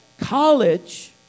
college